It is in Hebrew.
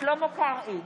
שלמה קרעי,